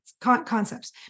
concepts